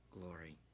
glory